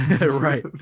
Right